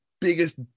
biggest